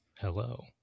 Hello